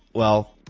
well,